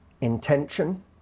intention